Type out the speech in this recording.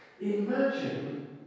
Imagine